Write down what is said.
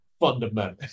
fundamental